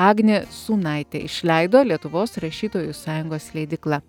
agnė sūnaitė išleido lietuvos rašytojų sąjungos leidykla